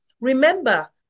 remember